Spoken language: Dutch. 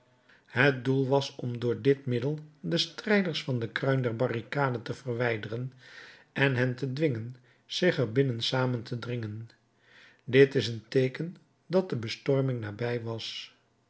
het doel was om door dit middel de strijders van de kruin der barricade te verwijderen en hen te dwingen zich er binnen samen te dringen dit is een teeken dat de bestorming nabij was